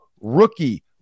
rookie